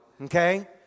okay